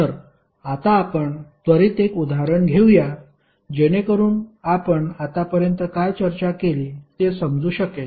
तर आता आपण त्वरीत एक उदाहरण घेऊया जेणेकरुन आपण आत्तापर्यंत काय चर्चा केली ते समजू शकेल